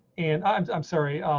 and i'm i'm sorry.